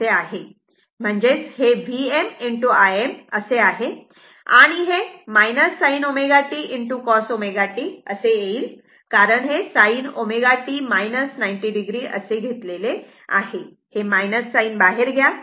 म्हणजेच हे Vm Im असे आहे आणि हे sin ω t cos ω t येईल कारण हे sin ω t 90oअसे घेतलेले आहे हे मायनस साइन बाहेर घ्या